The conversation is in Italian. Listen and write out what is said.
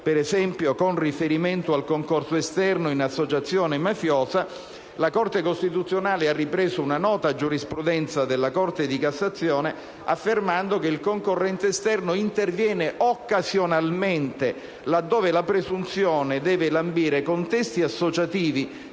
per esempio - al concorso esterno in associazione mafiosa, la Corte costituzionale ha ripreso una nota giurisprudenza della Corte di Cassazione, affermando che il concorrente esterno interviene occasionalmente, laddove la presunzione deve lambire contesti associativi